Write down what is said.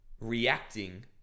reacting